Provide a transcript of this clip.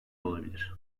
olabilir